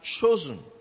chosen